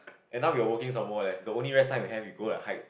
and now we are working some more leh the only rest time we have you go and hike